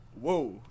Whoa